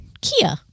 Kia